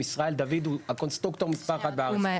ישראל דוד הוא הקונסטרוקטור מספר אחת בארץ.